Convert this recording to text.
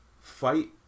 fight